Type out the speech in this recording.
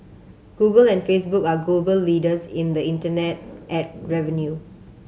Google and Facebook are global leaders in the internet ad revenue